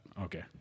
okay